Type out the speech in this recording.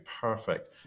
Perfect